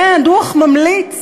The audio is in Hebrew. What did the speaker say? והדוח ממליץ